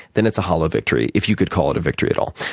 then it's a hollow victory if you could call it a victory at all.